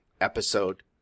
episode